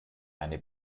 eine